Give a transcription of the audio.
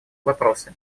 вопросы